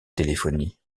téléphonie